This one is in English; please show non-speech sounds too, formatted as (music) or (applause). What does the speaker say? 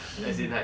(laughs)